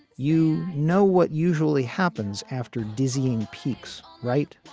you know what usually happens after dizzying peaks, right?